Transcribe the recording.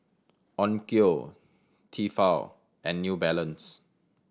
Onkyo Tefal and New Balance